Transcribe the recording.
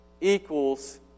equals